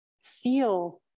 feel